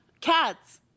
cats